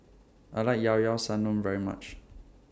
I like Llao Llao Sanum very much